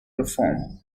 reform